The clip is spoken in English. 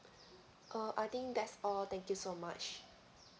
uh I think that's all thank you so much